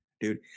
dude